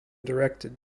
directed